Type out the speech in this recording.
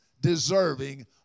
deserving